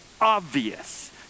obvious